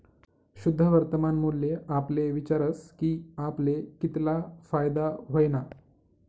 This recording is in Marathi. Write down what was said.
शुद्ध वर्तमान मूल्य आपले विचारस की आपले कितला फायदा व्हयना